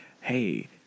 hey